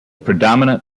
predominate